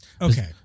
okay